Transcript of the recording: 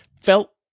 felt